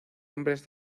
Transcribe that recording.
hombres